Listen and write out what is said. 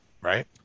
Right